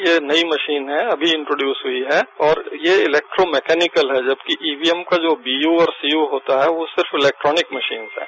ये नई मशीन है अभी इन्दरख्यूज हुई है और ये इलेक्ट्रो मैकेनिकल है जबकि ईवीएम का वीपू और सीयू होता है यो सिर्फ इलेक्ट्रोनिक मशीन है